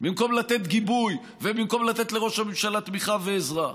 במקום לתת גיבוי ובמקום לתת לראש הממשלה תמיכה ועזרה.